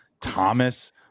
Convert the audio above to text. Thomas